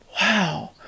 Wow